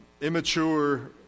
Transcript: immature